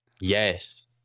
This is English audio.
Yes